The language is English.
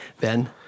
Ben